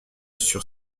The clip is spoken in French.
sur